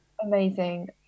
...amazing